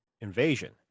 invasion